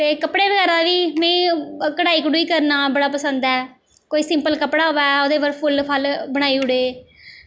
ते कपड़े बगैरा बी मिगी ओह् कढ़ाई कढ़ूई करना बड़ा पसंद ऐ कोई सिंपल कपड़ा होऐ ओह्दे उप्पर फुल्ल फल्ल बनाई ओड़े